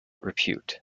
repute